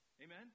Amen